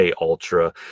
Ultra